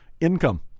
income